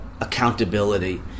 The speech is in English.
accountability